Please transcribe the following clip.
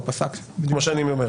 כמו שאני אומר?